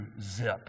zip